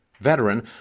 veteran